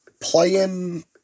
playing